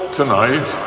tonight